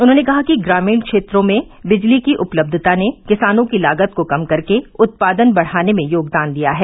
उन्होंने कहा कि ग्रामीण क्षेत्रों में बिजली की उपलब्यता ने किसानों की लागत को कम करके उत्पादन बढ़ाने में योगदान दिया है